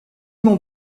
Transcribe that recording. mon